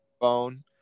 phone